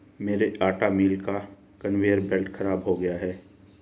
मेरे आटा मिल का कन्वेयर बेल्ट खराब हो गया है